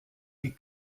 die